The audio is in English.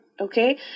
okay